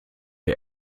der